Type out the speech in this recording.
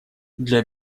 для